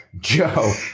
Joe